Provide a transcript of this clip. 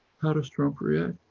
how does trump react?